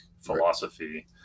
philosophy